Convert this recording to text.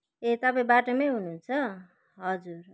ए तपाईँ बाटोमै हुनुहुन्छ हजुर